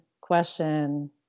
question